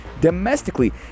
domestically